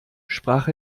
sprach